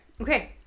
Okay